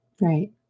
Right